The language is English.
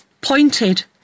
pointed